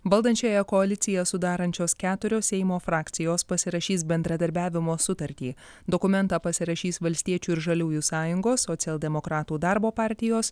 valdančiąją koaliciją sudarančios keturios seimo frakcijos pasirašys bendradarbiavimo sutartį dokumentą pasirašys valstiečių ir žaliųjų sąjungos socialdemokratų darbo partijos